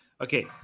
Okay